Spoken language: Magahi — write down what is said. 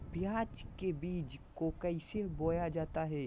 प्याज के बीज को कैसे बोया जाता है?